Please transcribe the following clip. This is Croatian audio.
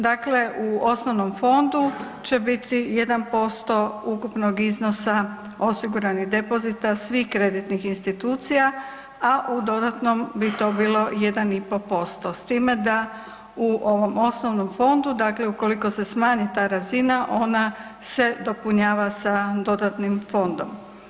Dakle, u osnovnom fondu će biti 1% ukupnog iznosa osiguranih depozita svih kreditnih institucija, a u dodatnom bi to bilo 1,5% s time da to u ovom osnovnom fondu dakle ukoliko se smanji ta razina ona se dopunjava sa dodatnim fondom.